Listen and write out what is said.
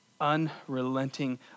unrelenting